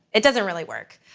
it doesn't really work,